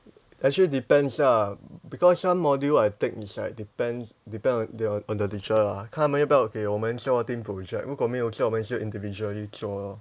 actually depends ah because some module I take is like depends depend on your on the teacher lah 看他们要不要给我们做 team project 如果没有做我们是 individually 做咯